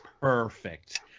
perfect